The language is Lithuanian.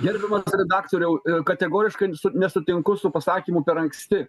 gerbiamas redaktoriau kategoriškai nesutinku su pasakymu per anksti